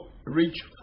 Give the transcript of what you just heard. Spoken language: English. reach